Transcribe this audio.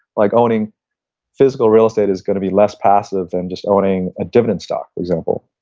like owning physical real estate is going to be less passive then just owning a dividens stock, for example.